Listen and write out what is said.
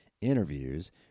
interviews